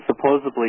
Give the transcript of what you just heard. supposedly